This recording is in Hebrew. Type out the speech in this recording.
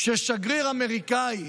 ששגריר אמריקאי